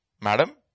Madam